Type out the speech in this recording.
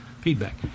feedback